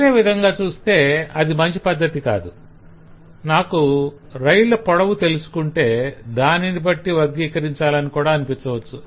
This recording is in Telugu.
వేరే విధంగా చూస్తే అది మంచి పద్ధతి కాదు - నాకు రైళ్ళ పొడవు తెలుసుకుంటే దానిని బట్టి వర్గీకరించాలని కూడా అనిపించవచ్చు